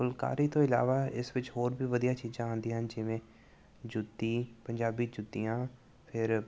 ਫ਼ੁਲਕਾਰੀ ਤੋਂ ਇਲਾਵਾ ਇਸ ਵਿੱਚ ਹੋਰ ਵੀ ਵਧੀਆ ਚੀਜ਼ਾਂ ਹੁੰਦੀਆਂ ਜਿਵੇਂ ਜੁੱਤੀ ਪੰਜਾਬੀ ਜੁੱਤੀਆਂ ਫਿਰ